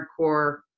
hardcore